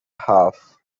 half